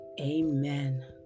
Amen